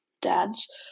dads